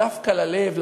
דווקא ללב,